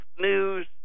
news